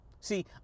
See